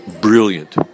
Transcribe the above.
brilliant